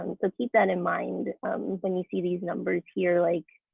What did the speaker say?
and so keep that in mind when you see these numbers here. like